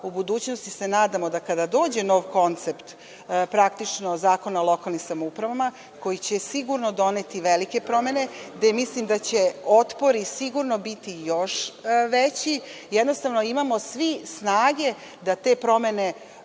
u budućnosti se nadamo da kada dođe nov koncept Zakona o lokalnim samoupravama koji će sigurno doneti velike promene, gde mislim da će otpori biti još veći, imamo svi snage da te promene